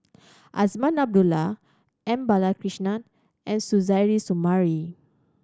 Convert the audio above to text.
Azman Abdullah M Balakrishnan and Suzairhe Sumari